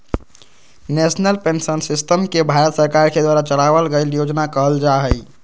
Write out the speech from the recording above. national pension system के भारत सरकार के द्वारा चलावल गइल योजना कहल जा हई